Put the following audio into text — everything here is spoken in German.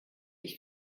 ich